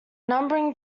numbering